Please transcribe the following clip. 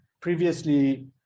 previously